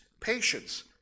patience